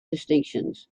distinctions